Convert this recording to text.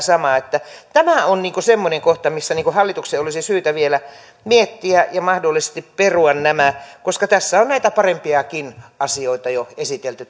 samaa tämä on semmoinen kohta missä hallituksen olisi syytä vielä miettiä ja mahdollisesti perua nämä koska tässäkin paketissa on näitä parempiakin asioita jo esitelty